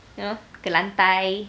you know ke lantai